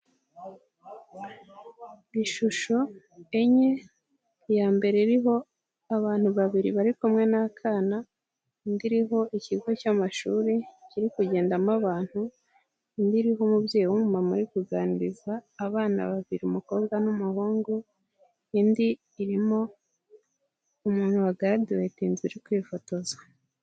Ishusho enye, iya mbere iriho abantu babiri bari kumwe n'akana, indi iriho ikigo cy'amashuri kiri kugendamo abantu, indi iriho umubyeyi w'umumama uri kuganiriza abana babiri umukobwa n'umuhungu, indi irimo umuntu wagaraduwetinze uri kwifotoza.